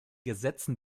gesetzen